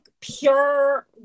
pure